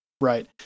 Right